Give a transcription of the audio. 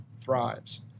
thrives